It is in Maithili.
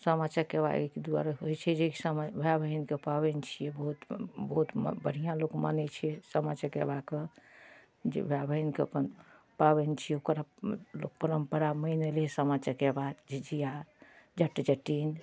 सामा चकेबा एहि दुआरे होइ छै जे एक समय भाइ बहिनके पाबनि छिए बहुत बहुत बढ़िआँ लोक मानै छिए सामा चकेबाके जे भाइ बहिनके अपन पाबनि छिए ओकर परम्परा मानि अएलै सामा चकेबा झिझिया जट जटिन